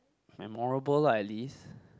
memorable lah at least